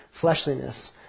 fleshliness